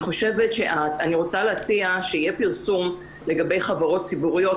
אני רוצה להציע שיהיה פרסום לגבי חברות ציבוריות,